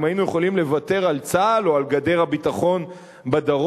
אם היינו יכולים לוותר על צה"ל או על גדר הביטחון בדרום,